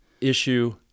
issue